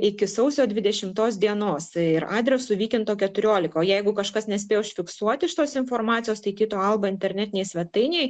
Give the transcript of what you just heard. iki sausio dvidešimtos dienos ir adresu vykinto keturiolika o jeigu kažkas nespėjo užfiksuoti šitos informacijos tai tyto alba internetinėj svetainėj